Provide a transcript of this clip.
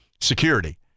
security